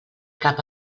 cap